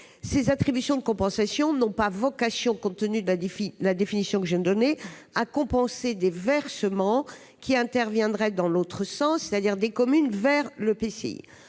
Ces attributions de compensation n'ont pas vocation, compte tenu de la définition que je viens de donner, à compenser des versements qui interviendraient dans l'autre sens, c'est-à-dire des communes vers l'EPCI.